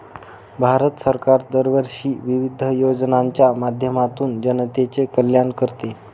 भारत सरकार दरवर्षी विविध योजनांच्या माध्यमातून जनतेचे कल्याण करते